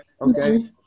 okay